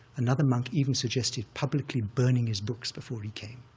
another monk even suggested publicly burning his books before he came.